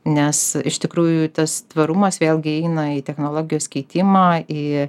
nes iš tikrųjų tas tvarumas vėlgi eina į technologijos keitimą į